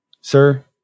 sir